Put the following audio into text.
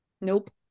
Nope